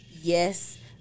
Yes